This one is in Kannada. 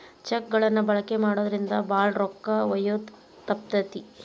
ಚೆಕ್ ಗಳನ್ನ ಬಳಕೆ ಮಾಡೋದ್ರಿಂದ ಭಾಳ ರೊಕ್ಕ ಒಯ್ಯೋದ ತಪ್ತತಿ